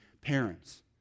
Parents